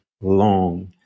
long